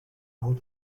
out